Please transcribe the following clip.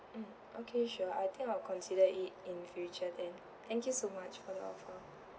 um okay sure I think I'll consider it in future then thank you so much for the offer